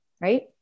Right